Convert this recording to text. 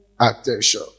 attention